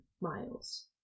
Miles